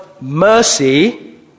mercy